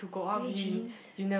wear jeans